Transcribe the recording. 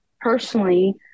Personally